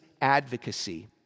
advocacy